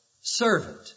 servant